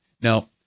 Now